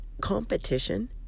competition